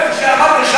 איפה שאמרת,